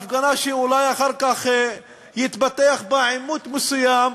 הפגנה שאולי אחר כך יתפתח בה עימות מסוים,